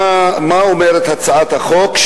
מה אומרת הצעת החוק?